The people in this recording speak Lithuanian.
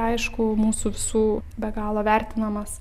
aišku mūsų visų be galo vertinamas